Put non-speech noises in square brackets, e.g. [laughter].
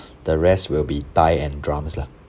[breath] the rest will be thigh and drums lah